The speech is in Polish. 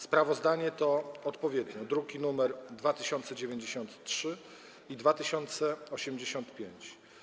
Sprawozdania to odpowiednio druki nr 2093 i 2085.